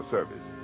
Service